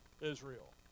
Israel